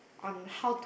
on how